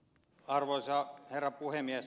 arvoisa herra puhemies